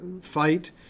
fight